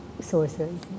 sources